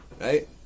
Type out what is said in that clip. Right